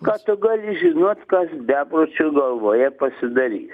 ką tu gali žinot kas bepročio galvoje pasidarys